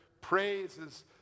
praises